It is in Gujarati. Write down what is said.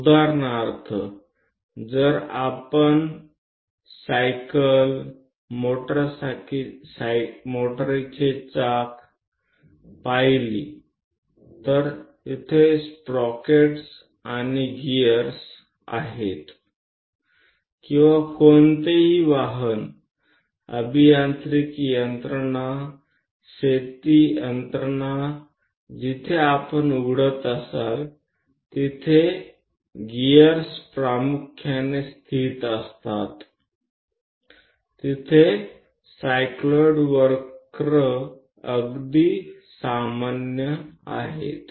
ઉદાહરણ તરીકે જો આપણે સાયકલ તરફ જોઈએ પૈડાં તરફ કે જ્યાં સ્પ્રોકેટ અને ગિયર્સ સ્થિત થયેલા હોય છે અથવા કોઈ પણ ઓટોમોબાઇલ એન્જીનિયરીંગના યંત્રો તરફ ખેતરમાં વપરાતા યંત્રો કંઇપણ તમે ખોલો છો કે જ્યાં ગિયર્સ મુખ્યત્વે સ્થિત કરેલા હોય છે ત્યાં આ સાયક્લોઈડ વક્રો તદ્દન સામાન્ય છે